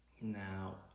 Now